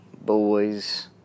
Boys